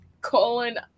colon